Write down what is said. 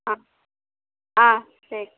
ஆ ஆ சரி